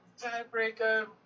Tiebreaker